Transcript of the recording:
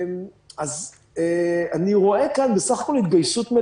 אז אני רואה כאן בסך הכול התגייסות.